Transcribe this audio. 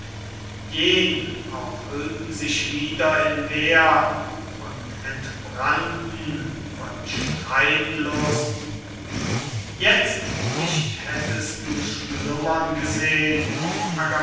auch hüllten sich wieder in wehr und entbrannten von streitlust jetzt nicht hättest du schlummern gesehn